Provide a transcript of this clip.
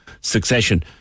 succession